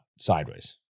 sideways